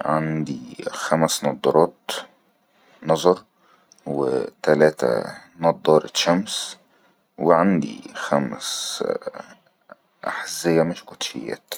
عندي خمس نضارات نظر و تلاته نضارة شمس وعندي خمس ءءء أحزيه مش كوتشات